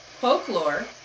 folklore